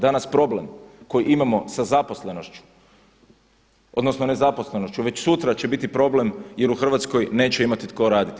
Danas problem koji imamo sa zaposlenošću odnosno nezaposlenošću već sutra će biti problem jer u Hrvatskoj neće imati tko raditi.